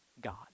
god